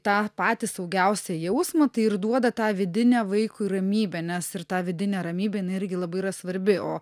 tą patį saugiausią jausmą tai ir duoda tą vidinę vaikui ramybę nes ir ta vidinė ramybė jinai irgi labai yra svarbi o